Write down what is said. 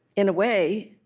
in a way,